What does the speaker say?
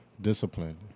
discipline